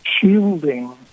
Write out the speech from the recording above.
shielding